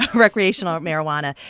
recreational marijuana.